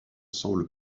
semble